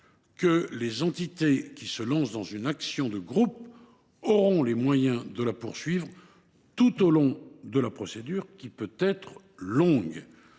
que les entités qui se lancent dans une action de groupe auront les moyens de la poursuivre tout au long de la procédure – qui peut être longue.